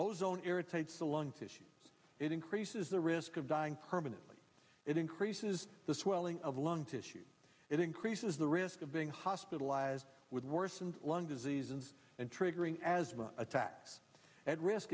ozone irritates the lung tissue it increases the risk of dying permanently it increases the swelling of lung tissue it increases the risk of being hospitalized with worsened lung diseases and triggering asthma that at risk